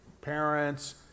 parents